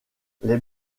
les